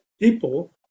people